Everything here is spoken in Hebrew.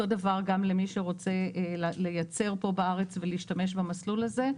אותו דבר גם למי שרוצה לייצר כאן בארץ ולהשתמש במסלול הזה,